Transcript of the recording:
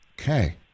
Okay